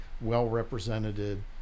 well-represented